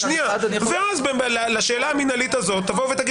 מקיף שמשמש כלי להגנת הנאשם וזה לב ליבו של ההליך הפלילי בחלק הזה.